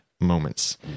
moments